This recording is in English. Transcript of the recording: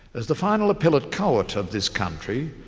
as the final appellate court of this country,